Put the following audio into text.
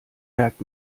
merkt